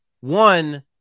One